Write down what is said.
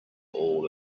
all